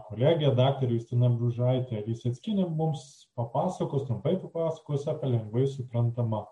kolegė daktarė justina bružaitė liseckienė mums papasakos o ji papasakos apie lengvai suprantamą